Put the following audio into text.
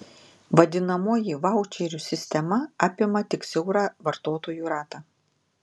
vadinamoji vaučerių sistema apima tik siaurą vartotojų ratą